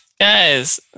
Guys